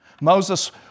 Moses